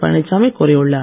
பழனிச்சாமி கூறியுள்ளார்